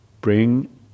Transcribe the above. bring